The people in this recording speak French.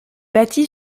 bâtie